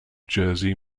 jersey